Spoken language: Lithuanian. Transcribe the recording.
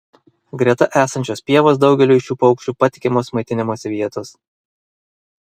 greta esančios pievos daugeliui šių paukščių patikimos maitinimosi vietos